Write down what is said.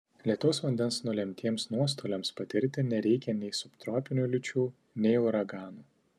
lietaus vandens nulemtiems nuostoliams patirti nereikia nei subtropinių liūčių nei uraganų